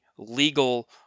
legal